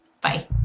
Bye